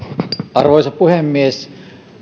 arvoisa puhemies